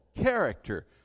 character